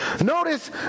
Notice